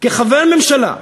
כחבר הממשלה,